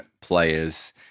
players